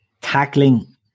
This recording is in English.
tackling